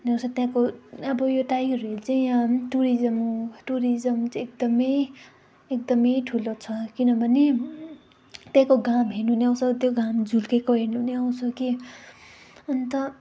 त्यहाँको अब यो टाइगर हिल चाहिँ याम टुरिज्म टुरिज्म चाहिँ एकदमै एकदमै ठुलो छ किनभने त्यहाँको घाम हेर्नु नै आउँछ त्यो घाम झुल्केको हेर्नु नै आउँछ कि अन्त